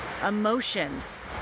emotions